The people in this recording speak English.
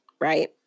right